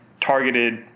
targeted